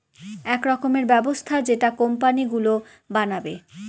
এক রকমের ব্যবস্থা যেটা কোম্পানি গুলো বানাবে